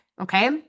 Okay